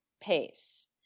pace